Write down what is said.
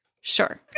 sure